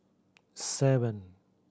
seven